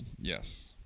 Yes